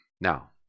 Now